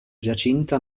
giacinta